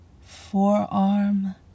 forearm